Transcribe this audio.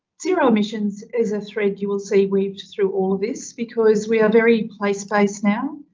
zero emissions is a thread you will see weaved through all of this because we are very place-based now.